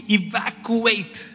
evacuate